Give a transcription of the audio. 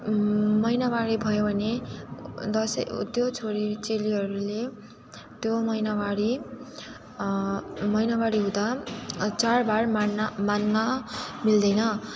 महिनावारी भयो भने दसैँ त्यो छोरी चेलीहरूले त्यो महिनावारी महिनावारी हुँदा चाडबाड मान्न मान्न मिल्दैन